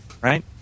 right